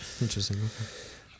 Interesting